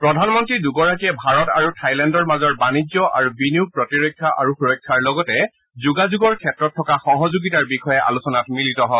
প্ৰধানমন্ত্ৰী দুগৰাকীয়ে ভাৰত আৰু থাইলেণ্ডৰ মাজৰ বাণিজ্য আৰু বিনিয়োগ প্ৰতিৰক্ষা আৰু সূৰক্ষাৰ লগতে যোগাযোগৰ ক্ষেত্ৰত থকা সহযোগিতাৰ বিষয়ে আলোচনাত মিলিত হয়